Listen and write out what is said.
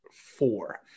four